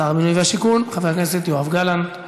שר הבינוי והשיכון חבר הכנסת יואב גלנט.